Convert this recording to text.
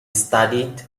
studied